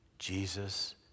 Jesus